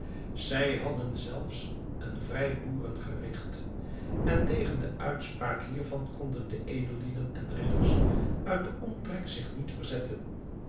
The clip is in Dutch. ze hadden zelfs een vrijboeren gericht en tegen de uitspraak hiervan konden de edellieden en ridders uit den omtrek zich niet verzetten